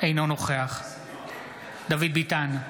אינו נוכח דוד ביטן,